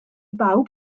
bawb